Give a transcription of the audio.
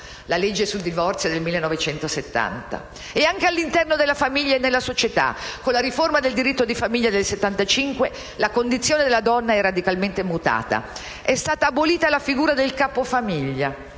la legge sul divorzio è del 1970. Anche all'interno della famiglia e nella società, con la riforma del diritto di famiglia del 1975, la condizione della donna è radicalmente mutata: è stata abolita la figura del capofamiglia